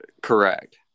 Correct